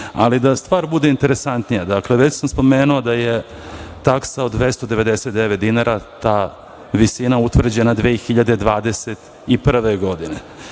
Ali, da stvar bude interesantnija, dakle, već sam spomenuo da je taksa od 299 dinara ta visina utvrđena 2021. godine,